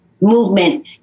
movement